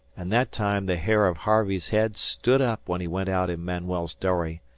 and that time the hair of harvey's head stood up when he went out in manuel's dory.